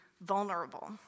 vulnerable